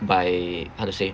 by how to say